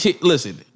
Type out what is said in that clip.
Listen